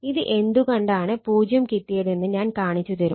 ഇത് എന്തുകൊണ്ടാണ് 0 കിട്ടിയതെന്ന് ഞാൻ കാണിച്ച് തരും